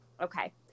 Okay